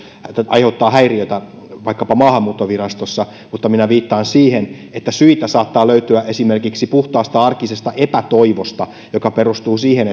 aiheuttaa häiriötä vaikkapa maahanmuuttovirastossa mutta minä viittaan siihen että syitä saattaa löytyä esimerkiksi puhtaasta arkisesta epätoivosta joka perustuu siihen